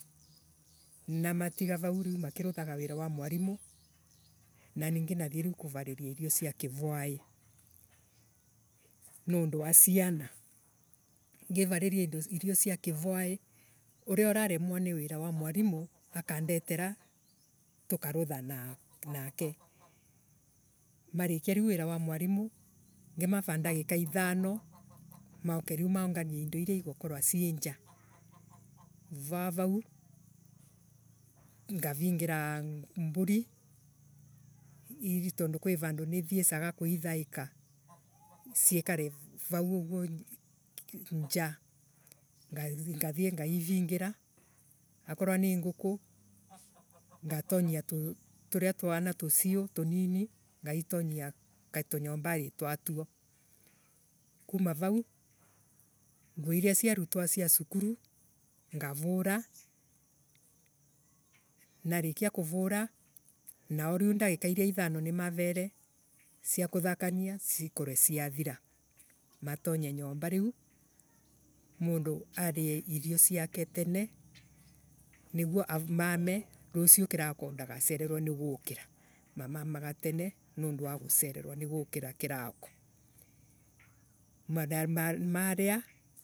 Ninamatiga vuu riu makirithaga wira wa mwarimu. nanie nginathie riu kuvariria irio cia kivwaii, Nondu wa ciana ngivariria irio cia kirwaii uria araremwa ni wira wa mwarimu akandetera tukanitha nake. marikia riu wa mwarimu ngimava dagika ithano mauke riu monganie indo iria igukorwa cii nja. Vuva wa vuu ngavingira mburi. tondu kwi vandu ni ithi ecaga kuithaeka. ciekare vau uguo nja. ngathie ngaivingira akorwo ni nguku. ngatonyia turia twana tucio tunini ngaitonyia tunyombari twa twuo. kuma vau. nguo iria ciavutwa cia cukuru ngavura narekia kuvura nao riu dagika ithano iria nimavere cia kuthakania niciathira. Matonye nyomba riu mundu arie irio ciake tene niiguo amame nicio kirauko ndagacerereoe ni gukira. Mamamaga tene nondu wa gucererwa ni gukira kirauko. Ma Maria